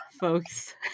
folks